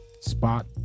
Spot